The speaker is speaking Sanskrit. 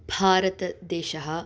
भारतदेशः